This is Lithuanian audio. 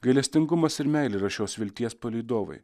gailestingumas ir meilė yra šios vilties palydovai